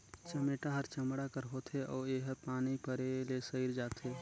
चमेटा हर चमड़ा कर होथे अउ एहर पानी परे ले सइर जाथे